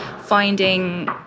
finding